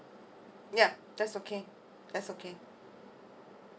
yeah that's okay that's okay